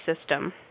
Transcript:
system